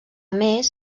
més